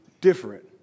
different